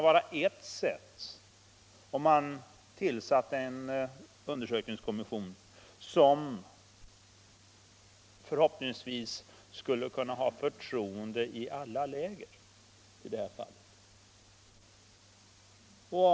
Att tillsätta en undersökningskommission som =— förhoppningsvis — har förtroende i alla läger skulle vara ett sätt att lösa problemet.